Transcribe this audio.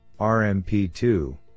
RMP2